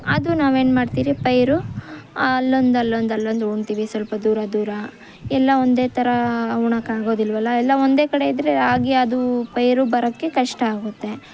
ಅದು ನಾವೇನು ಮಾಡ್ತೀರಿ ಪೈರು ಅಲ್ಲೊಂದು ಅಲ್ಲೊಂದು ಅಲ್ಲೊಂದು ಹೂಳ್ತೀವಿ ಸ್ವಲ್ಪ ದೂರ ದೂರ ಎಲ್ಲ ಒಂದೇ ಥರ ಹೂಳೋಕೆ ಆಗೋದಿಲ್ವಲ್ಲ ಎಲ್ಲ ಒಂದೇ ಕಡೆ ಇದ್ದರೆ ರಾಗಿ ಅದು ಪೈರು ಬರೋಕ್ಕೆ ಕಷ್ಟ ಆಗುತ್ತೆ